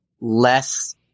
less